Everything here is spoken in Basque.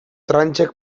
tranchek